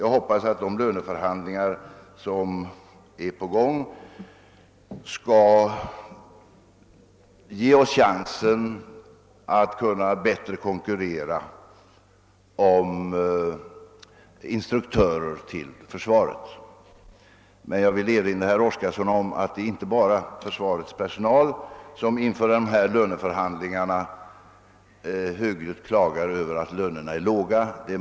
Jag hoppas att de pågående löneförhandlingarna kommer att göra det möjligt att bättre konkurrera om instruktörer för försvaret. Jag vill emellertid erinra herr Oskarson om att det inte bara är försvarets personal som inför löneförhandlingarna högljutt klagar över att lönerna är låga.